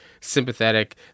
sympathetic